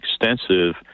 extensive